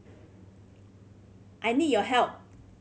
I need your help